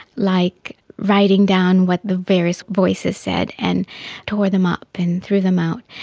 like writing down what the various voices said and tore them up and threw them out,